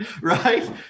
Right